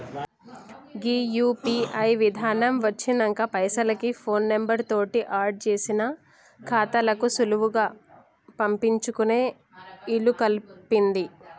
గీ UPI విధానం వచ్చినంక పైసలకి ఫోన్ నెంబర్ తోటి ఆడ్ చేసిన ఖాతాలకు సులువుగా పంపించుకునే ఇలుకల్పింది